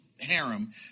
harem